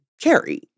Carrie